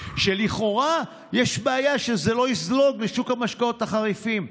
היא שלכאורה יש בעיה שזה לא יזלוג לשוק המשקאות החריפים,